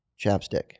Chapstick